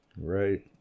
Right